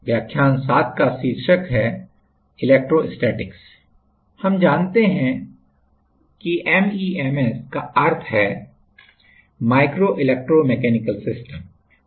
तो हम जानते हैं कि एमईएमएस का अर्थ माइक्रो इलेक्ट्रो मैकेनिकल सिस्टम है